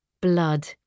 Blood